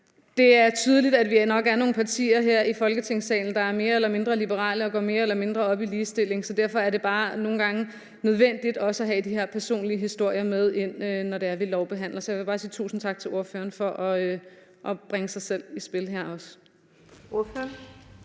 Det er tydeligt, at vi nok er nogle partier her i Folketingssalen, der er mere eller mindre liberale og går mere eller mindre op i ligestilling, så derfor er det bare nogle gange nødvendigt også at have de her personlige historier med ind, når vi lovbehandler. Så jeg vil bare sige tusind tak til ordføreren for at bringe sig selv i spil her.